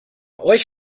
euch